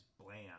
bland